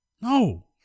No